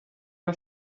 era